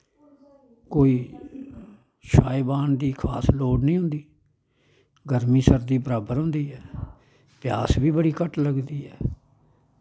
कोई शायबान दी खास लोड़ निं होंदी गर्मी सर्दी बराबर होंदी ऐ प्यास बी बड़ी घट्ट लगदी ऐ